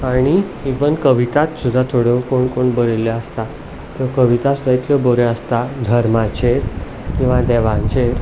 आनी इव्हन कविता सुद्दां थोड्यो कोण कोण बरयल्ल्यो आसता त्यो कविता सुद्दां इतल्यो बऱ्यो आसता धर्माचेर किंवां देवांचेर